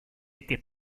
était